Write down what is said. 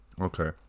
Okay